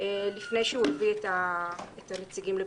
לפני שהוא מביא את הנציגים לבחירה.